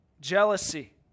jealousy